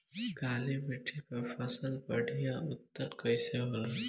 काली मिट्टी पर फसल बढ़िया उन्नत कैसे होला?